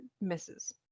misses